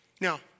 Now